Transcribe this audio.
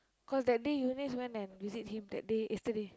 cause that day Eunice went and visit him that day yesterday